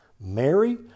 Mary